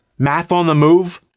math on the move.